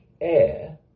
air